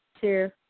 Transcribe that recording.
two